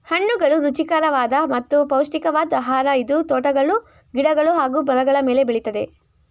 ಹಣ್ಣುಗಳು ರುಚಿಕರವಾದ ಮತ್ತು ಪೌಷ್ಟಿಕವಾದ್ ಆಹಾರ ಇದು ತೋಟಗಳು ಗಿಡಗಳು ಹಾಗೂ ಮರಗಳ ಮೇಲೆ ಬೆಳಿತದೆ